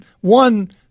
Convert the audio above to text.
One